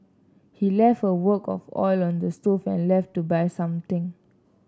he left a wok of oil on the stove and left to buy something